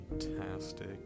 fantastic